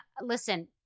listen